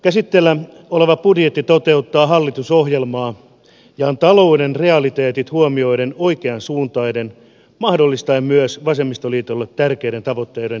käsitteillä oleva budjetti toteuttaa hallitusohjelmaa ja on talouden realiteetit huomioiden oikeansuuntainen mahdollistaen myös vasemmistoliitolle tärkeiden tavoitteiden toteuttamisen